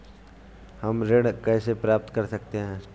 हम गृह ऋण कैसे प्राप्त कर सकते हैं?